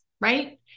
right